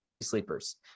sleepers